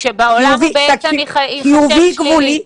כשבעולם הוא בעצם ייחשב שלילי?